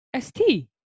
ST